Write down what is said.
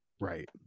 right